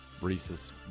Reese's